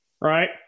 right